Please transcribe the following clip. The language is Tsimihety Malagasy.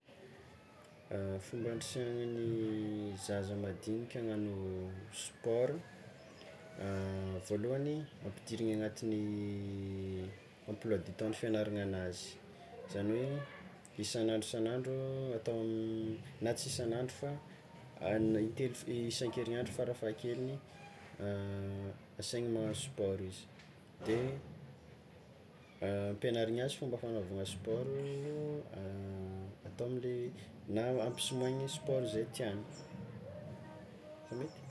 Fomba handrisihana ny zaza madinika hagnagno sport, voalohany ampidirigny agnatin'ny emploi du tempsn'ny fiagnarananazy, zany hoe isan'andro isan'andro atao, na tsy hoe isan'andro fa na intelo isan-kerigniandro farafahakeliny asaigny magnagno sport izy de ampiagnarigny azy fomba fagnaovagna sport atao amle na ampisomaigny sport ze tiàgny, asa mety?